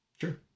Sure